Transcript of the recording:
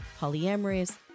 polyamorous